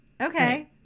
okay